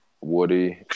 woody